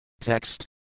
Text